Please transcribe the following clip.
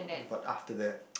but after that